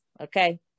okay